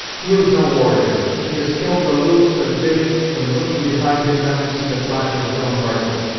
he is no warrior he has killed the loup cervier when looking behind him not to see the flash of his own rifle.